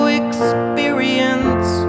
experience